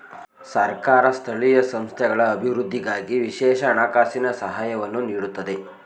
ಸರ್ಕಾರ ಸ್ಥಳೀಯ ಸಂಸ್ಥೆಗಳ ಅಭಿವೃದ್ಧಿಗಾಗಿ ವಿಶೇಷ ಹಣಕಾಸಿನ ಸಹಾಯವನ್ನು ನೀಡುತ್ತದೆ